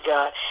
God